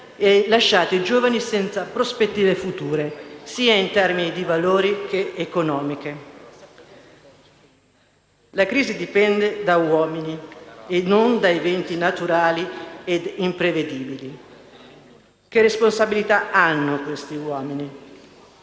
e lasciato i giovani senza prospettive future, sia in termini di valori che economiche. La crisi dipende da uomini e non da eventi naturali ed imprevedibili. Che responsabilità hanno questi uomini?